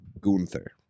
Gunther